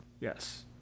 Yes